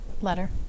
letter